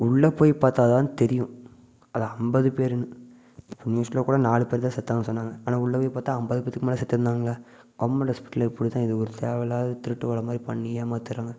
உள்ளேப்போய் பார்த்தாதான் தெரியும் அது ஐம்பது பேருன்னு நியூஸில் கூட நாலுப்பேர் தான் செத்தாங்கனு சொன்னாங்க ஆனால் உள்ளேப்போய் பார்த்தா ஐம்பது பேத்துக்கு மேலே செத்துருந்தாங்க கவுர்மெண்ட் ஹாஸ்பிட்டலில் இப்படிதான் இது ஒரு தேவை இல்லாத திருட்டு வேலை மாதிரி பண்ணி ஏமாத்திடுறாங்க